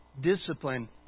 discipline